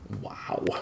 Wow